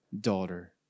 daughter